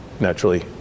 naturally